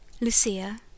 Lucia